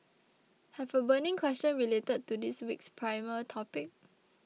have a burning question related to this week's primer topic